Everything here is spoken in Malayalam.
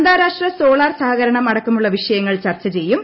അന്താരാഷ്ട്ര സോളാർ സഹകരണം അടക്കമുള്ള വിഷയങ്ങൾ ചർച്ച ചെയ്യും